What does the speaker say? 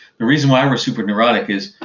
the reason why i'm a super neurotic is,